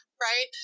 right